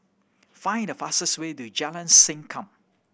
find the fastest way to Jalan Sankam